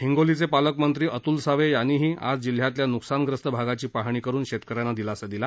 हिश्वोलीच पालकमधी अतुल साव याद्वीही आज जिल्ह्यातल्या नुकसानग्रस्त भागाची पाहणी करून शप्तकऱ्याब्रा दिलासा दिला